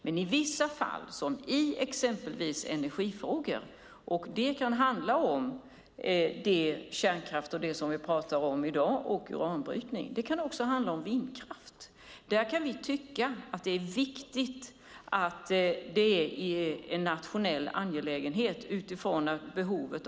Men exempelvis energifrågor och behovet av tillgång till energi är en nationell angelägenhet. Det kan handla om kärnkraft och uranbrytning, som vi pratar om i dag. Det kan också handla om vindkraft.